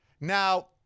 Now